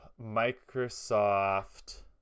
Microsoft